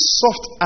soft